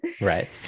Right